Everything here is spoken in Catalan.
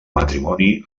matrimoni